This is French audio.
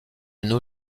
nos